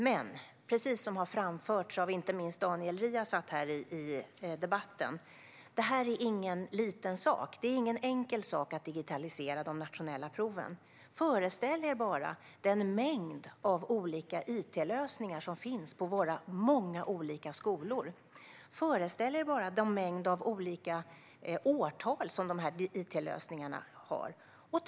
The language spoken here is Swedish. Men precis som har framförts i debatten, inte minst av Daniel Riazat, är det ingen liten eller enkel sak att digitalisera de nationella proven. Föreställ er bara den mängd olika it-lösningar som finns på våra många och olika skolor. Föreställ er bara den olika mängden år som de här it-lösningarna har på nacken.